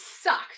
sucked